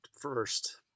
first